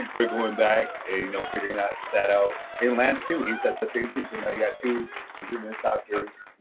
for going back and you know figuring out that out and lance too, he said the same thing so now you got two indigenous doctors,